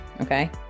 okay